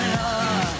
love